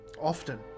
often